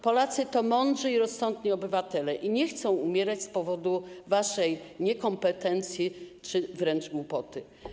Polacy to mądrzy i rozsądni obywatele i nie chcą umierać z powodu waszej niekompetencji czy wręcz głupoty.